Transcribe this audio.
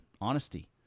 honesty